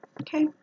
okay